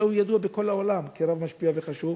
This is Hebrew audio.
הוא ידוע בכל העולם כרב משפיע וחשוב.